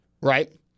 right